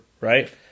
right